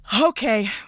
Okay